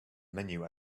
menu